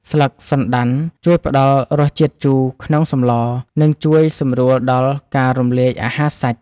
ស្លឹកសណ្តាន់ជួយផ្តល់រសជាតិជូរក្នុងសម្ល និងជួយសម្រួលដល់ការរំលាយអាហារសាច់។